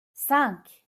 cinq